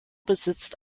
besitzt